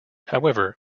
however